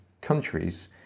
countries